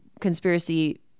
conspiracy